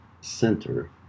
Center